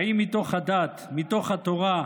האם מתוך הדת, מתוך התורה,